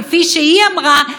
כפי שהיא אמרה,